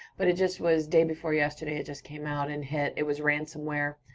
but it just was day before yesterday, it just came out and hit, it was ransomware.